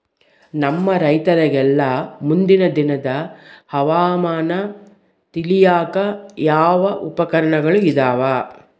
ನಮ್ಮ ರೈತರಿಗೆಲ್ಲಾ ಮುಂದಿನ ದಿನದ ಹವಾಮಾನ ತಿಳಿಯಾಕ ಯಾವ ಉಪಕರಣಗಳು ಇದಾವ?